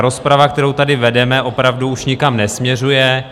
Rozprava, kterou tady vedeme, opravdu už nikam nesměřuje.